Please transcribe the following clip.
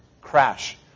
crash